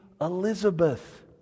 Elizabeth